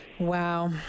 wow